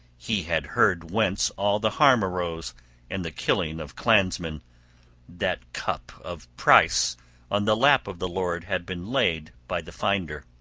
he had heard whence all the harm arose and the killing of clansmen that cup of price on the lap of the lord had been laid by the finder.